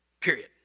Period